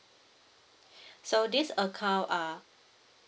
so this account are